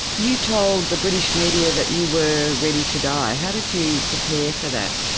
you told the british media that you were ready to die, how did you prepare for that?